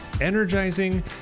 energizing